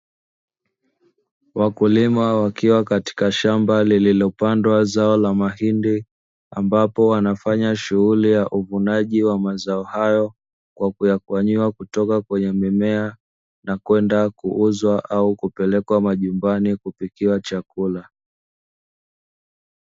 Wakulima wakiwa katika shamba lililopandwa zao la mahindi ambapo wanafanya shughuli ya uvunaji wa mazao hayo, kwa kuyakwanyua kutoka kwenye mimea na kwenda kuuzwa au kupelekwa majumbani kupikia chakula.